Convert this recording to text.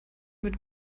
mit